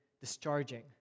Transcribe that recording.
discharging